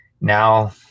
now